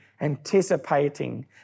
anticipating